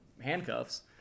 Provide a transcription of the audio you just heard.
handcuffs